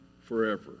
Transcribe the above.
forever